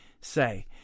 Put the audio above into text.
say